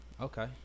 Okay